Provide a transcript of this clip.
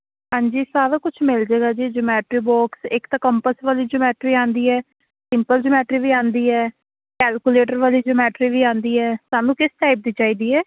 ਹਾਂਜੀ ਸਾਰਾ ਕੁਛ ਮਿਲ ਜਾਵੇਗਾ ਜੀ ਜਮੈਟਰੀ ਬਾਕਸ ਇੱਕ ਤਾਂ ਕੰਪਸ ਵਾਲੀ ਜਮੈਟਰੀ ਆਉਂਦੀ ਹੈ ਸਿੰਪਲ ਜਮੈਟਰੀ ਵੀ ਆਉਂਦੀ ਹੈ ਕੈਲਕੂਲੇਟਰ ਵਾਲੀ ਜਮੈਟਰੀ ਵੀ ਆਉਂਦੀ ਹੈ ਤੁਹਾਨੂੰ ਕਿਸ ਟਾਈਪ ਦੀ ਚਾਹੀਦੀ ਹੈ